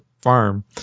farm